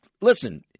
listen